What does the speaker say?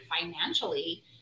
financially